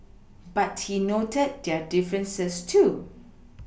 but he noted their differences too